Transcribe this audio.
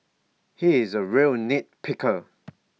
he is A real nit picker